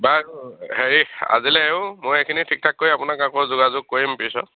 বাৰু হেৰি আজিলে এৰো মই এইখিনি ঠিক ঠাক কৰি আপোনাক আকৌ যোগাযোগ কৰিম পিছত